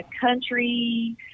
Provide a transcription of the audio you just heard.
country